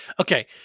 okay